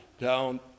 down